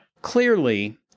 clearly